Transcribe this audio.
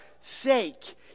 sake